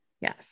yes